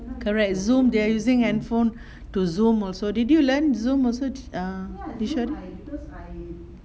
correct zoom they are using handphone to zoom also did you learn zoom also err